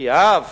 אף